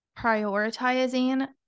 prioritizing